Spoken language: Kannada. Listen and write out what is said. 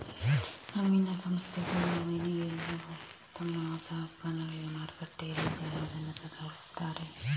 ನವೀನ ಸಂಸ್ಥೆಗಳು ಏನಿವೆ ಅವು ತಮ್ಮ ಹೊಸ ಉತ್ಪನ್ನಗಳಿಗೆ ಮಾರುಕಟ್ಟೆ ಎಲ್ಲಿದೆ ಅನ್ನುದನ್ನ ಸದಾ ಹುಡುಕ್ತಾರೆ